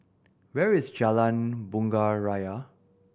where is Jalan Bunga Raya